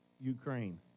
Ukraine